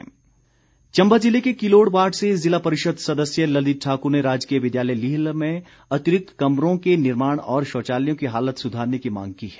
मांग चम्बा जिले के किलोड़ वार्ड से जिला परिषद सदस्य ललित ठाकुर ने राजकीय विद्यालय लीलह में अतिरिक्त कमरों के निर्माण और शौचालय की हालत सुधारने की मांग की है